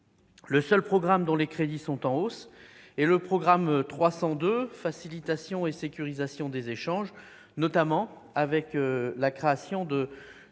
Le seul programme dont les crédits sont en hausse est le programme 302, « Facilitation et sécurisation des échanges », notamment avec la création de